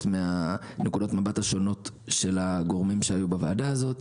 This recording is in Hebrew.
מנקודות המבט השונות של הגורמים שהיו בוועדה הזו.